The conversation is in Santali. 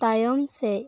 ᱛᱟᱭᱚᱢ ᱥᱮᱡ